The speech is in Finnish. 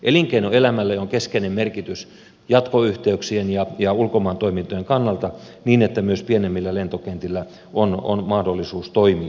elinkeinoelämälle on keskeinen merkitys jatkoyhteyksien ja ulkomaan toimintojen kannalta niin että myös pienemmillä lentokentillä on mahdollisuus toimia